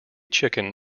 chicken